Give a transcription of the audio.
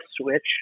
Switch